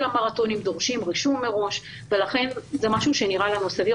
כל המרתונים דורשים רישום מראש ולכן זה משהו שנראה לנו סביר,